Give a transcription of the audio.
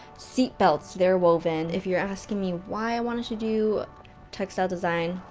seat belts they're woven, if you're asking me why i wanted to do textile design,